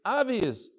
obvious